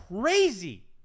crazy